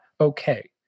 okay